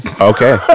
Okay